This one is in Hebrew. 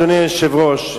אדוני היושב-ראש,